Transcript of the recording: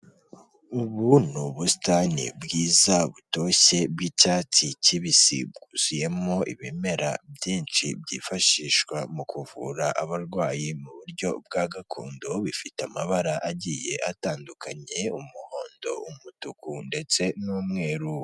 Ibu ni ubusitani bwiza butoshye bw'icyatsi kibisi bwuzuyemo ibimera byinshi byifashishwa mu kuvura abarwayi mu buryo bwa gakondo, bifite amabara agiye atandukanye umuhondo umutuku ndetse n'umweru.